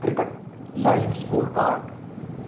cricket live score card